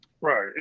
Right